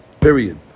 Period